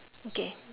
okay